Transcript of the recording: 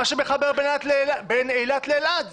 מה שמחבר בין אילת לאלעד,